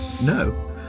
no